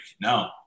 No